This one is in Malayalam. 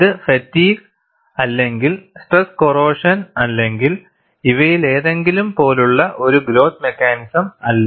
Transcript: ഇത് ഫാറ്റിഗ് അല്ലെങ്കിൽ സ്ട്രെസ് കോറോഷൻ അല്ലെങ്കിൽ ഇവയിലേതെങ്കിലും പോലുള്ള ഒരു ഗ്രോത്ത് മെക്കാനിസം അല്ല